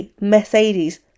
Mercedes